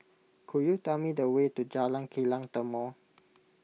could you tell me the way to Jalan Kilang Timor